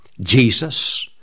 Jesus